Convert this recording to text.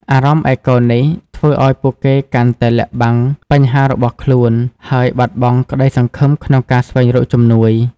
អារម្មណ៍ឯកោនេះ ធ្វើឱ្យពួកគេកាន់តែលាក់បាំងបញ្ហារបស់ខ្លួន ហើយបាត់បង់ក្តីសង្ឃឹមក្នុងការស្វែងរកជំនួយ។